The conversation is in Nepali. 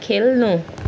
खेल्नु